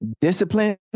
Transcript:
Discipline